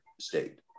state